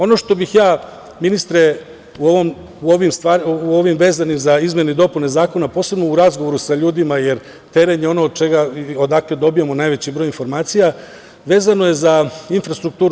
Ono što bih ja, ministre, vezano za izmene i dopune Zakona, posebno u razgovoru sa ljudima, jer teren je ono odakle dobijamo najveći broj informacija, vezano je za infrastrukturu.